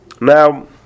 now